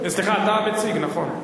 סליחה, אתה המציג, נכון.